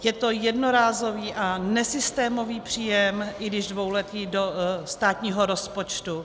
Je to jednorázový a nesystémový příjem, i když dvouletý, do státního rozpočtu.